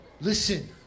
Listen